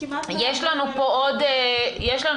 יש לנו פה עוד דוברים,